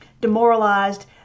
demoralized